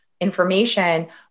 information